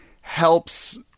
helps